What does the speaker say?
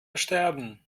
sterben